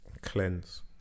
cleanse